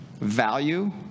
value